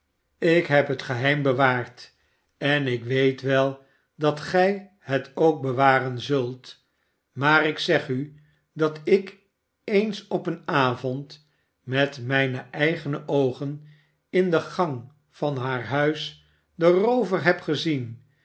ik heb het geheim bewaard en ik weet wel dat gij het ook bewaren zult maar ik zeg u dat ik eens op een avond met mijne eigene oogen in de gang van haar huis den roover heb gezien